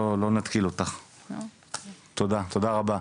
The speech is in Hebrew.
תודה רבה.